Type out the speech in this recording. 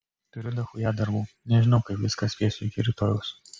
turiu dachuja darbų nežinau kaip viską spėsiu iki rytojaus